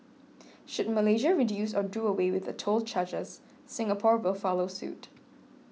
should Malaysia reduce or do away with the toll charges Singapore will follow suit